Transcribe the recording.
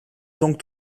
donc